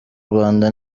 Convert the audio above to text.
rwanda